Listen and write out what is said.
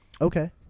Okay